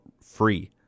free